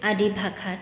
আদি ভাষাত